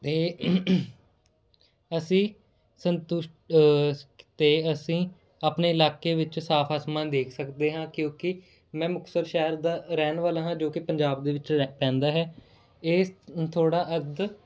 ਅਤੇ ਅਸੀਂ ਸੰਤੁਸ਼ਟ ਅਤੇ ਅਸੀਂ ਆਪਣੇ ਇਲਾਕੇ ਵਿੱਚ ਸਾਫ ਆਸਮਾਨ ਦੇਖ ਸਕਦੇ ਹਾਂ ਕਿਉਂਕੀ ਮੈਂ ਮੁਕਤਸਰ ਸ਼ਹਿਰ ਦਾ ਰਹਿਣ ਵਾਲਾ ਹਾਂ ਜੋ ਕਿ ਪੰਜਾਬ ਦੇ ਵਿੱਚ ਪੈਂਦਾ ਹੈ ਇਹ ਥੋੜ੍ਹਾ ਅਰਧ